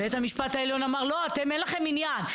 בית המשפט העליון אמר: לא, אתם אין לכם עניין.